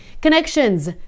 CONNECTIONS